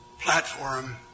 platform